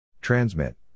Transmit